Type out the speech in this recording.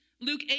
Luke